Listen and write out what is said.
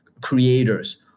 creators